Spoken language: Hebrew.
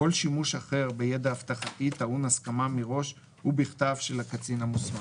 כל שימוש אחר בידע אבטחתי טעון הסכמה מראש ובכתב של הקצין המוסמך.